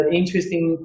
interesting